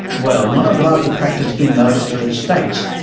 well, not and above the practice in those three states.